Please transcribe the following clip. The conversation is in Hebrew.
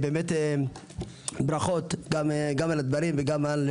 באמת ברכות גם על הדברים וגם על